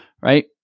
Right